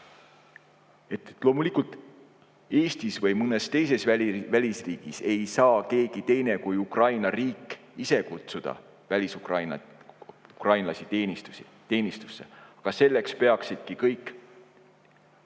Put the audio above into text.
Loomulikult, Eestis või mõnes teises välisriigis ei saa keegi teine kui Ukraina riik ise kutsuda välisukrainlasi teenistusse. Aga selleks peaksidki kõik